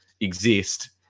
exist